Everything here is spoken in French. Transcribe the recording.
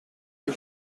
des